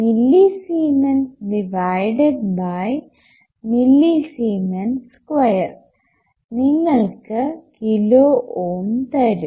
millisiemens divided by millisiemens square നിങ്ങൾക്ക് kilo ohm തരും